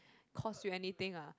cost you anything lah